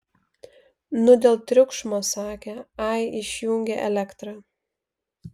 nu dėl triukšmo sakė ai išjungė elektrą